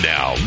Now